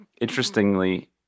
interestingly